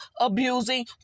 abusing